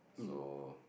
so